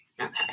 Okay